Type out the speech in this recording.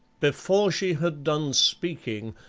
before she had done speaking,